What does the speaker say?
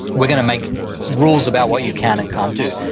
we're going to make rules about what you can and can't do.